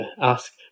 ask